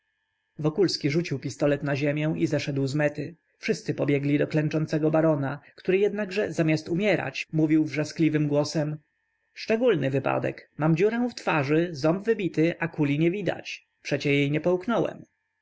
ktoś wokulski rzucił pistolet na ziemię i zeszedł z mety wszyscy pobiegli do klęczącego barona który jednakże zamiast umierać mówił wrzaskliwym głosem szczególny wypadek mam dziurę w twarzy ząb wybity a kuli nie widać przecie jej nie połknąłem